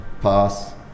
pass